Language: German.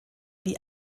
wie